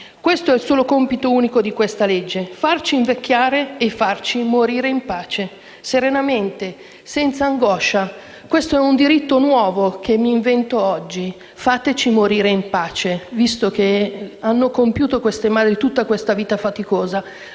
Questo è il solo, unico compito di questa legge: farci invecchiare e farci morire in pace, serenamente, senza angoscia. Questo è un diritto nuovo che mi invento oggi: fateci morire in pace; visto che hanno compiuto tutta questa vita faticosa,